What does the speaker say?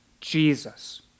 Jesus